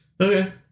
Okay